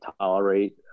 tolerate